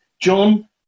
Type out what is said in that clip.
John